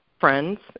friends